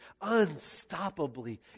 unstoppably